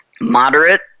Moderate